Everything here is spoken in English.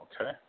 Okay